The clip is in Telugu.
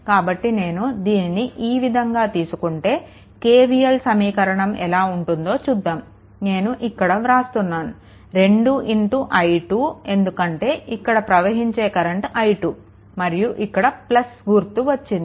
కాబట్టి నేను దీనిని ఈ విధంగా తీసుకుంటే KVL సమీకరణం ఎలా ఉంటుందో చూద్దాము నేను ఇక్కడ వ్రాస్తున్నాను 2 i2 ఎందుకంటే ఇక్కడ ప్రవహించే కరెంట్ i2 మరియు ఇక్కడ గుర్తు వచ్చింది